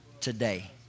today